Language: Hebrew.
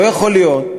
לא יכול להיות